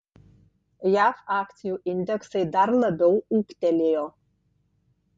jav akcijų indeksai dar labiau ūgtelėjo